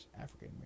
African